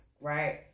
Right